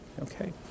Okay